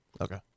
Okay